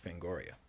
Fangoria